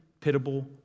pitiable